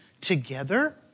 together